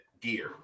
gear